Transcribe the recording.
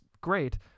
great